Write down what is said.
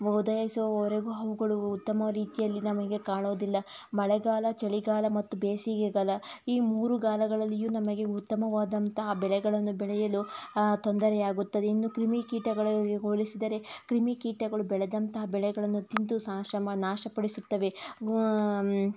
ಉದಯಿಸೋವರೆಗೂ ಹೂಗಳು ಉತ್ತಮ ರೀತಿಯಲ್ಲಿ ನಮಗೆ ಕಾಣುವುದಿಲ್ಲ ಮಳೆಗಾಲ ಚಳಿಗಾಲ ಮತ್ತು ಬೇಸಿಗೆಗಾಲ ಈ ಮೂರು ಕಾಲಗಳಲ್ಲಿಯೂ ನಮಗೆ ಉತ್ತಮವಾದಂತಹ ಬೆಳೆಗಳನ್ನು ಬೆಳೆಯಲು ತೊಂದರೆಯಾಗುತ್ತದೆ ಇನ್ನು ಕ್ರಿಮಿಕೀಟಗಳಿಗೆ ಹೋಲಿಸಿದರೆ ಕ್ರಿಮಿಕೀಟಗಳು ಬೆಳೆದಂತಹ ಬೆಳೆಗಳನ್ನು ತಿಂದು ಸಾಶ ಮಾ ನಾಶ ಪಡಿಸುತ್ತವೆ